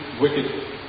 wicked